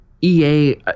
EA